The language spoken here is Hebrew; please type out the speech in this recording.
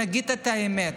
נגיד את האמת.